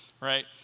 right